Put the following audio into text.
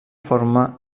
forma